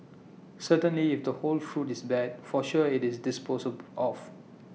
certainly if the whole fruit is bad for sure IT is disposed of